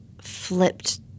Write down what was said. flipped